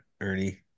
Ernie